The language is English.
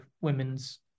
women's